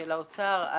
של האוצר,